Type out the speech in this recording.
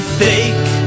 fake